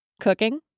cooking